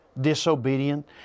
disobedient